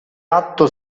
atto